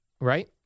Right